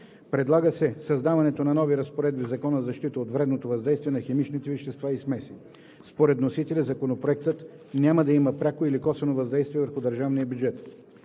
Предлага се създаване на нови разпоредби в Закона за защита от вредното въздействие на химичните вещества и смеси. Според вносителя Законопроектът няма да има пряко или косвено въздействие върху държавния бюджет.